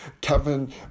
Kevin